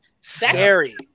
scary